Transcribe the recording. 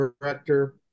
director